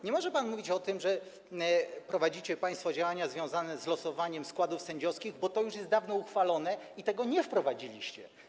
Nie może pan mówić o tym, że prowadzicie państwo działania związane z losowaniem składów sędziowskich, bo to jest już dawno uchwalone i tego nie wprowadziliście.